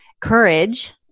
courage